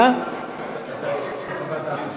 יש לך חוות דעת מוסמכת?